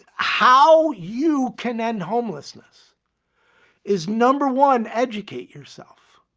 how you can end homelessness is number one, educate yourself.